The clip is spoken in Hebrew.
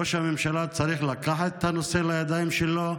ראש הממשלה צריך לקחת את הנושא לידיים שלו,